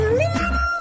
little